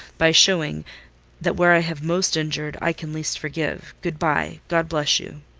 by shewing that where i have most injured i can least forgive. good bye god bless you!